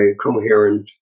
coherent